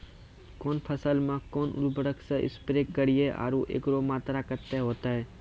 कौन फसल मे कोन उर्वरक से स्प्रे करिये आरु एकरो मात्रा कत्ते होते?